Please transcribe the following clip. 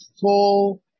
full